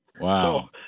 Wow